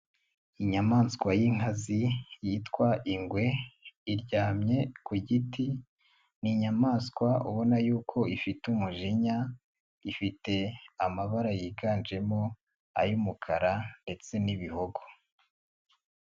Inyamaswa y'inkazi yitwa ingwe iryamye ku giti ni inyamaswa ubona y'uko ifite umujinya, ifite amabara yiganjemo ay'umukara ndetse n'ibihogo.